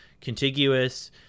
contiguous